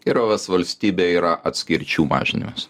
gerovės valstybė yra atskirčių mažinimas